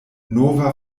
nova